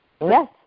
Yes